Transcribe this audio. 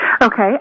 Okay